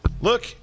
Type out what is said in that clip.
Look